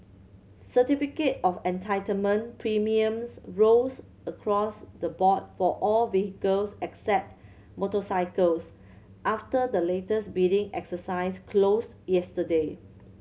Certificate of Entitlement premiums rose across the board for all vehicles except motorcycles after the latest bidding exercise closed yesterday